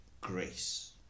grace